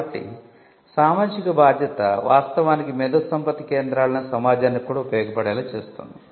కాబట్టి సామాజిక బాధ్యత వాస్తవానికి మేధోసంపత్తి కేంద్రాలను సమాజానికి కూడా ఉపయోగపడేలా చేస్తుంది